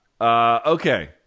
Okay